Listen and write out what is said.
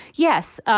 yes.